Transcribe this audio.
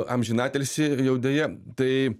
amžiną atilsį jau deja tai